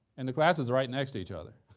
and the classes are right next to each other.